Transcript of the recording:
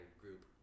group